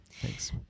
Thanks